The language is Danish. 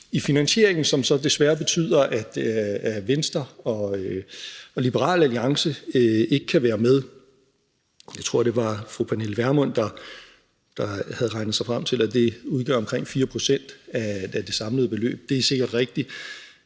i finansieringen, som så desværre betyder, at Venstre og Liberal Alliance ikke kan være med. Jeg tror, det var fru Pernille Vermund, der havde regnet sig frem til, at det udgør omkring 4 pct. af det samlede beløb – det er sikkert rigtigt.